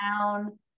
down